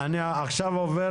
אני עכשיו עובר